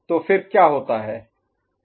तो फिर क्या होता है